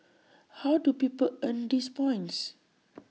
how do people earn these points